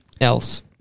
else